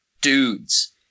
dudes